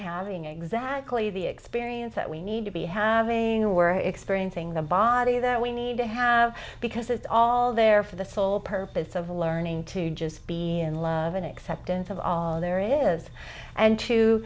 having exactly the experience that we need to be having a were experiencing the body that we need to have because it's all there for the sole purpose of learning to just be in love and acceptance of all there is and to